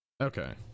Okay